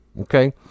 okay